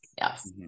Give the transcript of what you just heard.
yes